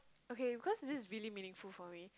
okay because this is really meaningful for me